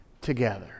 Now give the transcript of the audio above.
together